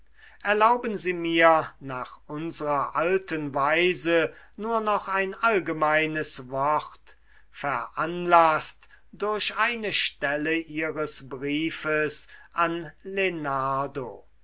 erlauben sie mir nach unsrer alten weise nur noch ein allgemeines wort veranlaßt durch eine stelle ihres briefes an